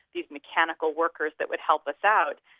these mechanical workers that would help us out.